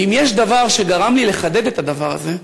ואם יש דבר שגרם לי לחדד את הדבר הזה,